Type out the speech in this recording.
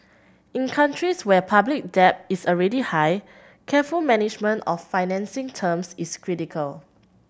in countries where public debt is already high careful management of financing terms is critical